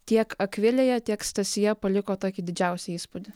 tiek akvilėje tiek stasyje paliko tokį didžiausią įspūdį